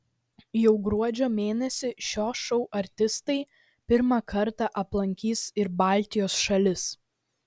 jau gruodžio mėnesį šio šou artistai pirmą kartą aplankys ir baltijos šalis